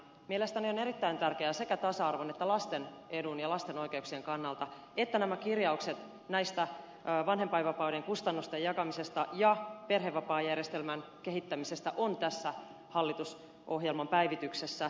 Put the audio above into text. mielestäni on erittäin tärkeää sekä tasa arvon että lasten edun ja lasten oikeuksien kannalta että nämä kirjaukset vanhempainvapaiden kustannusten jakamisesta ja perhevapaajärjestelmän kehittämisestä ovat tässä hallitusohjelman päivityksessä